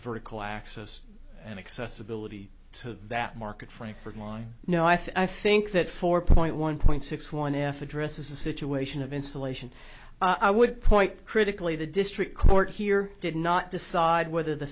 vertical axis and accessibility to that market frankford line no i think that four point one point six one if address is a situation of installation i would point critically the district court here did not decide whether the